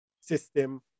system